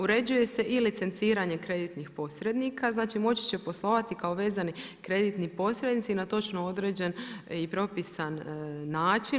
Uređuje se i licenciranje kreditnih posrednika, znači moći će poslovati kao vezani kreditni posrednici na točno određen i propisan način.